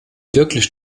wirklich